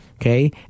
okay